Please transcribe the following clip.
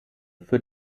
für